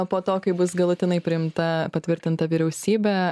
po to kai bus galutinai priimta patvirtinta vyriausybė